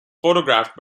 photographed